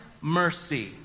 mercy